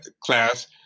class